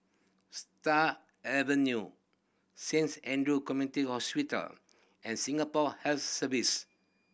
Stars Avenue Saint Andrew's Community Hospital and Singapore Health Service